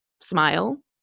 smile